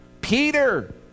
Peter